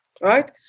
right